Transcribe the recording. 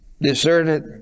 deserted